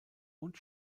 und